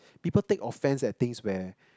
people take offense at things where